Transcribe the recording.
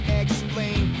explain